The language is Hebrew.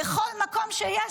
בכל מקום שיש,